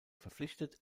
verpflichtet